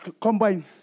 combine